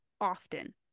often